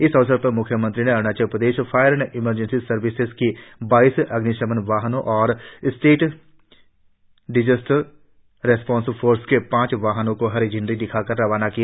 इस अवसर पर म्ख्यमंत्री ने Arunachal Pradesh fire and emergency services की बाईस अग्निशमन वाहनों और स्टेट डिजास्टर रिस्पांस फोर्स के पांच वाहनों को हरी झंडी दिखाकर रवाना किया